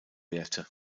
werte